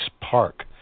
Park